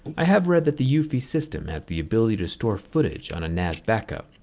i have read that the uv system has the ability to store footage on a nas backup,